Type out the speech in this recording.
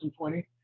2020